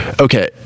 okay